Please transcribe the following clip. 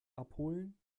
abholen